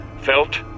felt